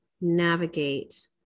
navigate